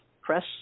press